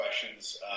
questions